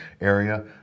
area